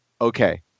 okay